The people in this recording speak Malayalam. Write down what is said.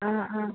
ആ ആ